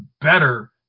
better